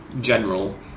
general